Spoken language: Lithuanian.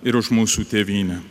ir už mūsų tėvynę